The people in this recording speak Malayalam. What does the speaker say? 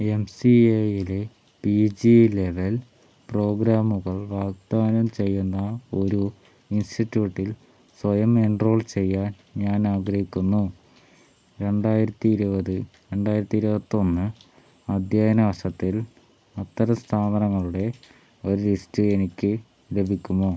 എം സി എ യിലെ പി ജി ലെവൽ പ്രോഗ്രാമുകൾ വാഗ്ദാനം ചെയ്യുന്നൊരു ഇൻസ്റ്റിറ്റ്യൂട്ടിൽ സ്വയം എൻറോൾ ചെയ്യാൻ ഞാൻ ആഗ്രഹിക്കുന്നു രണ്ടായിരത്തി ഇരുപത് രണ്ടായിരത്തി ഇരുപത്തൊന്ന് അധ്യയന വർഷത്തിൽ അത്തരം സ്ഥാപനങ്ങളുടെ ഒരു ലിസ്റ്റ് എനിക്ക് ലഭിക്കുമോ